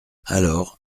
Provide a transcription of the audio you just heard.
alors